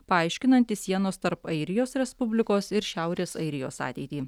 paaiškinantį sienos tarp airijos respublikos ir šiaurės airijos ateitį